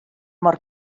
mor